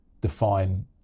define